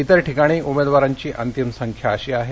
इतर ठिकाणी उमेदवारांची अंतिम संख्या अशी आहे